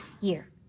year